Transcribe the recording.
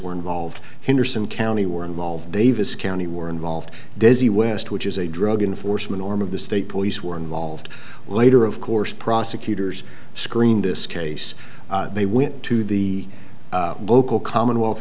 were involved henderson county were involved davis county were involved does the west which is a drug enforcement arm of the state police were involved later of course prosecutors screen this case they went to the local commonwealth